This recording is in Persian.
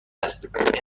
است